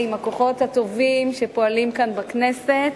עם הכוחות הטובים שפועלים כאן בכנסת.